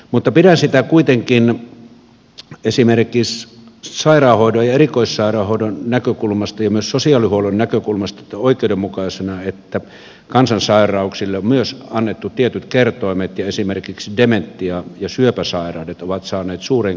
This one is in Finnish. mutta pidän sitä kuitenkin esimerkiksi sairaanhoidon erikoissairaanhoidon ja myös sosiaalihuollon näkökulmasta oikeudenmukaisena että kansansairauksille on myös annettu tietyt kertoimet ja esimerkiksi dementia ja syöpäsairaudet ovat saaneet suuren kertoimen